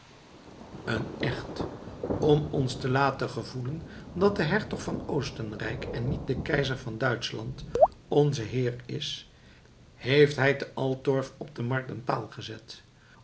een echt om ons te laten gevoelen dat de hertog van oostenrijk en niet de keizer van duitschland onze heer is heeft hij te altorf op de markt een paal gezet